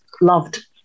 loved